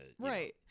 right